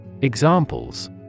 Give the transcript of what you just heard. Examples